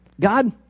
God